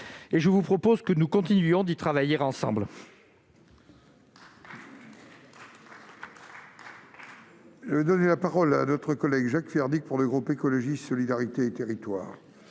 Je vous propose donc que nous continuions d'y travailler ensemble.